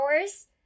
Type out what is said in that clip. hours